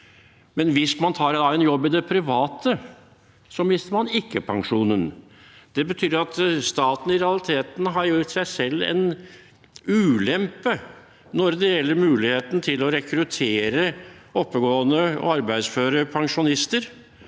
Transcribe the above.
man imidlertid tar en jobb i det private, mister man ikke pensjonen. Det betyr at staten i realiteten har gitt seg selv en ulempe når det gjelder muligheten til å rekruttere oppegående og arbeidsføre pensjonister,